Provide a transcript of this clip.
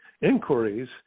inquiries